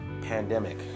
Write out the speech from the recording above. pandemic